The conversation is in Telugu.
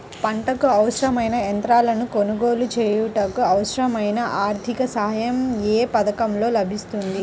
పంటకు అవసరమైన యంత్రాలను కొనగోలు చేయుటకు, అవసరమైన ఆర్థిక సాయం యే పథకంలో లభిస్తుంది?